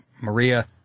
Maria